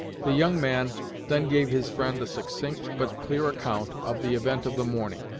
the young man then gave his friend a succinct, but clear account, of the event of the morning,